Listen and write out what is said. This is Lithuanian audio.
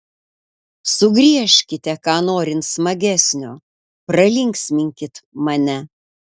sugriežkite ką norint smagesnio pralinksminkit mane